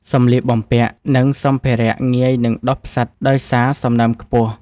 សម្លៀកបំពាក់ និងសម្ភារៈងាយនឹងដុះផ្សិតដោយសារសំណើមខ្ពស់។